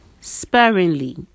sparingly